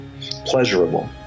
pleasurable